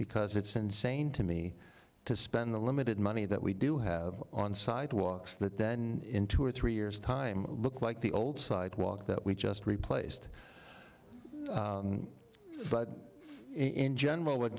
because it's insane to me to spend the limited money that we do have on sidewalks that then in two or three years time look like the old sidewalk that we just replaced but in general